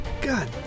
God